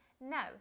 No